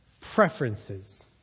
preferences